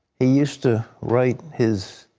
he used to write his